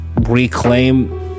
reclaim